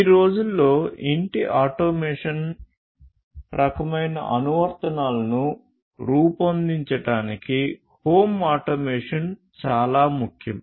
ఈ రోజుల్లో ఇంటి ఆటోమేషన్ రకమైన అనువర్తనాలను రూపొందించడానికి హోమ్ ఆటోమేషన్ చాలా ముఖ్యం